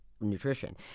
nutrition